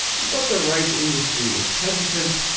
but the rice industry is hesitant.